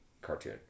cartoon